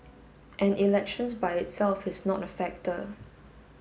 and elections by itself is not a factor